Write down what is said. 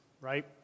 Right